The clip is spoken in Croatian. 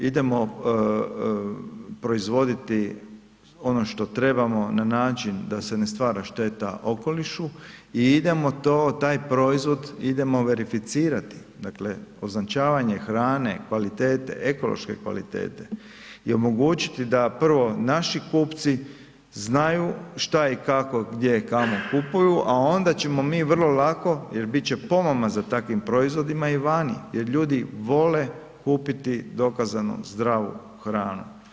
Idemo proizvoditi ono što trebamo na način da se ne stvara šteta okolišu i idemo to, taj proizvod idemo verificirati, dakle označavanje hrane, kvalitete, ekološke kvalitete i omogućiti da prvo, naši kupci znaju što i kako, gdje i kamo kupuju, a onda ćemo mi vrlo lako, jer bit će pomama za takvim proizvodima i vani jer ljudi vole kupiti dokazano zdravu hranu.